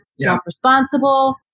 self-responsible